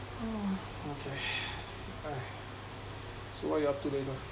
okay alright so what you're up to later